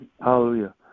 Hallelujah